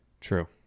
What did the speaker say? True